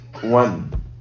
one